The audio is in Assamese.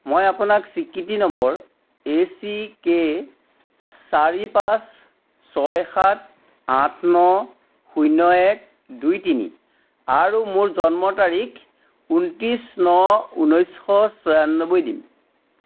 মই আপোনাক স্বীকৃতি নম্বৰ এ চি কে চাৰি পাঁচ ছয় সাত আঠ ন শূন্য এক দুই তিনি আৰু মোৰ জন্মৰ তাৰিখ ঊনত্ৰিছ ন ঊনৈছশ চৌৰানব্বৈ দিম